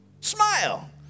Smile